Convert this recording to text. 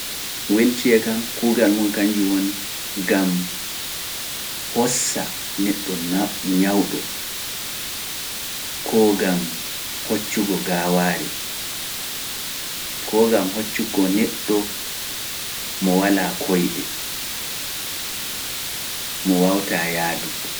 Wilchair kam wadama gam hossa neddo nyawdo ko maido ko neddo mo wala koide mo wawata yaadu